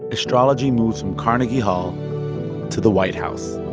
astrology moves from carnegie hall to the white house